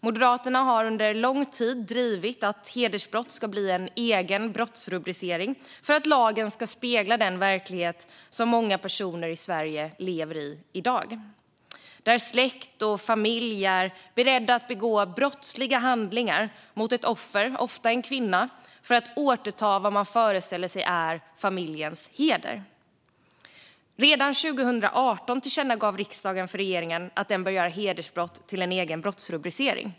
Moderaterna har under lång tid drivit att hedersbrott ska bli en egen brottsrubricering för att lagen ska spegla den verklighet som många personer i Sverige i dag lever i, där släkt och familj är beredda att begå brottsliga handlingar mot ett offer, ofta en kvinna, för att återta vad man föreställer sig är familjens heder. Redan 2018 tillkännagav riksdagen för regeringen att den bör göra hedersbrott till en egen brottsrubricering.